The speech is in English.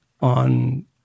on